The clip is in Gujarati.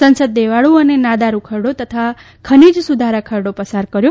સંસદે દેવામાં અને નાદારી ખરડો તથા ખનીજ સુધારા ખરડો પસાર કર્યો